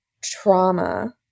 trauma